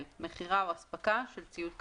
(ג)מכירה או אספקה של ציוד קצה,